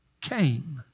came